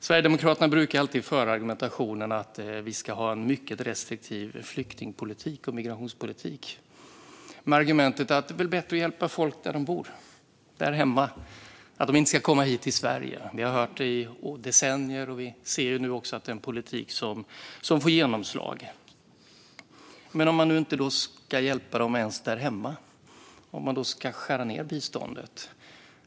Sverigedemokraterna brukar alltid argumentera om att vi ska ha en mycket restriktiv flyktingpolitik och migrationspolitik och säga att det är bättre att hjälpa folk där de bor och att de inte ska komma hit till Sverige. Vi har hört det i decennier, och vi ser nu också att det är en politik som får genomslag. Men ska man inte ens hjälpa dem där hemma om man ska skära ned på biståndet?